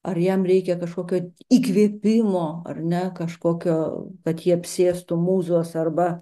ar jam reikia kažkokio įkvėpimo ar ne kažkokio kad jį apsėstų mūzos arba